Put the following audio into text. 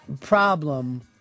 problem